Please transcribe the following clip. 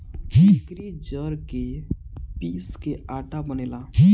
एकरी जड़ के पीस के आटा बनेला